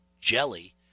jelly